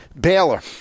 Baylor